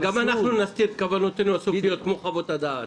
אבל גם אנחנו נסתיר את כוונותינו הסופיות כמו חוות הדעת.